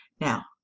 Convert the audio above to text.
Now